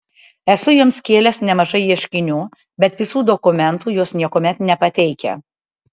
esu joms kėlęs nemažai ieškinių bet visų dokumentų jos niekuomet nepateikia